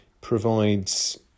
provides